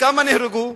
וכמה נהרגו?